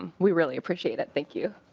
um we really appreciate it. thank you.